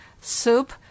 soup